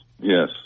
yes